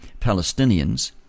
Palestinians